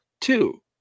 two